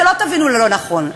שלא תבינו לא נכון,